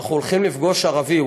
אנחנו הולכים לפגוש ערבי,